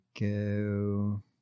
go